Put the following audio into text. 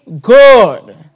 good